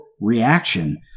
reaction